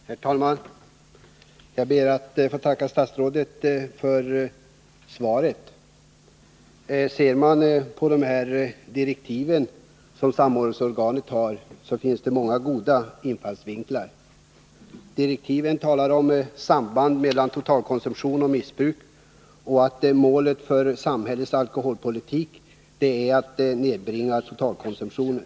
Herr talman! Jag ber att få tacka statsrådet för svaret. Om man läser de direktiv som samordningsorganet har, finner man många goda infallsvinklar. I direktiven talas om sambandet mellan totalkonsumtion och missbruk och att målet för samhällets alkoholpolitik är att nedbringa totalkonsumtionen.